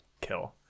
kill